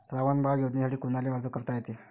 श्रावण बाळ योजनेसाठी कुनाले अर्ज करता येते?